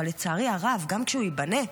אבל לצערי הרב גם כשהוא ייבנה,